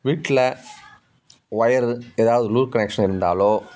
வீட்டில ஒயர் ஏதாவது loop connection இருந்தாலோ